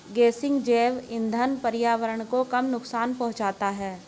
गेसिंग जैव इंधन पर्यावरण को कम नुकसान पहुंचाता है